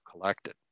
collected